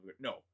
No